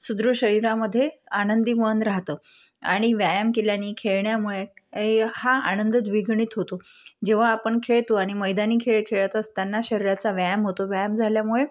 सुदृढ शरीरामध्ये आनंदी मन राहतं आणि व्यायाम केल्याने खेळण्यामुळे हा आनंद द्विगुणित होतो जेव्हा आपण खेळतो आणि मैदानी खेळ खेळत असताना शरीराचा व्यायाम होतो व्यायाम झाल्यामुळे